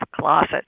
closet